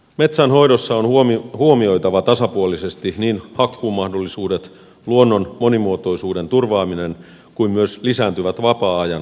metsänhoidossa on huomioitava tasapuolisesti niin hakkuumahdollisuudet luonnon monimuotoisuuden turvaaminen kuin myös lisääntyvät vapaa ajan käyttömahdollisuudet